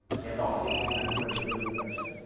get optics is nothing but visual inspection.